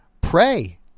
pray